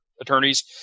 attorneys